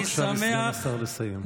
חבריי, תנו בבקשה לסגן השר לסיים.